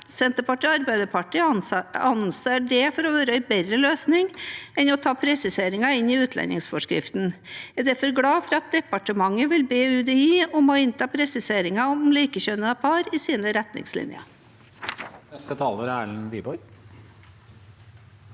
Senterpartiet og Arbeiderpartiet anser det for å være en bedre løsning enn å ta presiseringen inn i utlendingsforskriften. Jeg er derfor glad for at departementet vil be UDI om å innta presiseringer om likekjønnede par i sine retningslinjer.